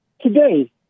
today